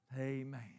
Amen